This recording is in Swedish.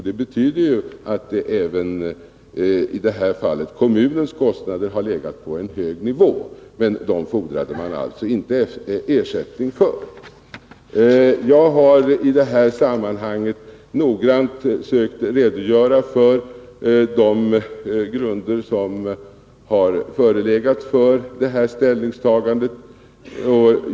Det betyder ju att även kommunens kostnader har legat på en hög nivå, men dessa fordrade man alltså inte ersättning för. Jag har noggrant sökt redogöra för den bakgrund som förelegat för utskottets ställningstagande.